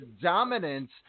dominance